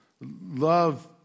love